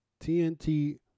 tnt